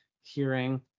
hearing